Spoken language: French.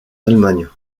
allemagne